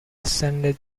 ascended